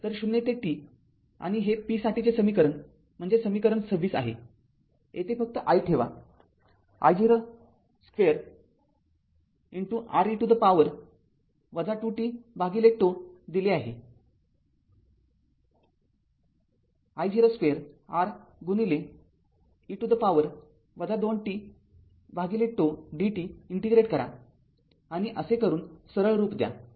तर० ते t आणि हे p साठीचे समीकरण म्हणजे समीकरण २६ आहे येथे फक्त I ठेवा I0 square R e to the power २ t τ dt integrate करा आणि असे करून सरळ रूप द्या